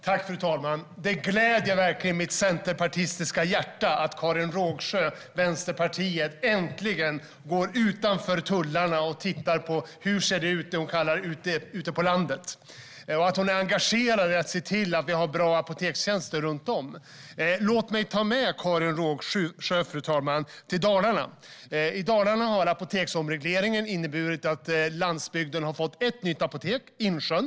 Fru talman! Det gläder verkligen mitt centerpartistiska hjärta att Karin Rågsjö från Vänsterpartiet äntligen går utanför tullarna och tittar på hur det ser ut ute på det hon kallar landet, och att hon är engagerad i att se till att vi har bra apotekstjänster runt om. Fru talman! Låt mig ta med Karin Rågsjö till Dalarna! I Dalarna har apoteksomregleringen inneburit att landsbygden har fått ett nytt apotek, i Insjön.